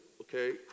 okay